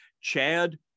Chad